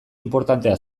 inportantea